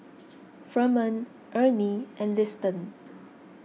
Ferman Ernie and Liston